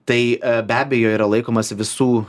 tai be abejo yra laikomasi visų